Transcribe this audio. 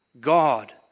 God